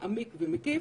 מעמיק ומקיף